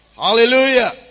Hallelujah